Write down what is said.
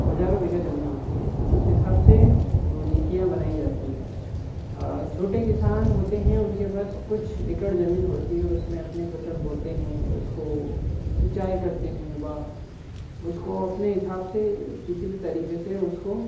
हज़ारों बीघा ज़मीन होती है उस हिसाब से वो नीतियाँ बनाई जाती हैं छोटे किसान होते हैं उनके पास कुछ एकड़ ज़मीन होती है उसमें अपने फ़सल बोते हैं उसको सिंचाई करते हैं बा उसको अपने हिसाब से किसी भी तरीक़े से उसको